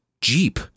Jeep